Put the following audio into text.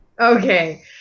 Okay